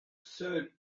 seule